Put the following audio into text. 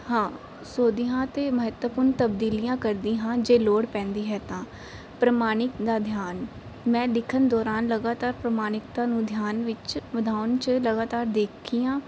ਹਾਂ ਸੋਧਦੀ ਹਾਂ ਅਤੇ ਮਹੱਤਵਪੂਰਨ ਤਬਦੀਲੀਆਂ ਕਰਦੀ ਹਾਂ ਜੇ ਲੋੜ ਪੈਂਦੀ ਹੈ ਤਾਂ ਪ੍ਰਮਾਣਿਕ ਦਾ ਧਿਆਨ ਮੈਂ ਲਿਖਣ ਦੌਰਾਨ ਲਗਾਤਾਰ ਪ੍ਰਮਾਣਿਕਤਾ ਨੂੰ ਧਿਆਨ ਵਿੱਚ ਵਧਾਉਣ 'ਚ ਲਗਾਤਾਰ ਦੇਖੀ ਆ